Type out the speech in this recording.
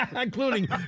including